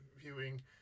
viewing